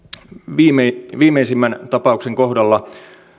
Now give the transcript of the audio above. viimeisimmän viimeisimmän tapauksen kohdalla